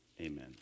Amen